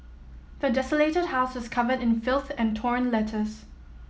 the desolated house was covered in filth and torn letters